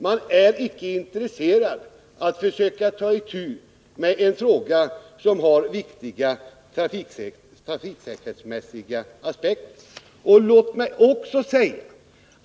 Man är icke intresserad av att försöka ta itu med en fråga som har viktiga trafiksäkerhetsmässiga aspekter.